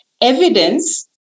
Evidence